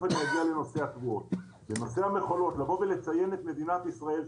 אני אגיע לנושא התבואות ולציין את מדינת ישראל,